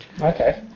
Okay